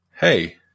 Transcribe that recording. Hey